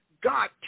God